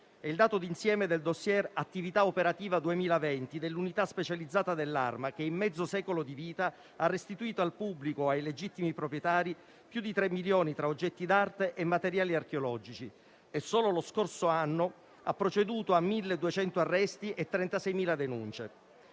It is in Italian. È il dato di insieme del *dossier* «Attività operativa 2020» dell'unità specializzata dell'Arma, che in mezzo secolo di vita ha restituito al pubblico o ai legittimi proprietari più di 3 milioni tra oggetti d'arte e materiali archeologici. Solo lo scorso anno ha proceduto a 1.200 arresti e a 36.000 denunce.